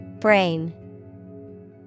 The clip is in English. Brain